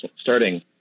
starting